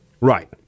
Right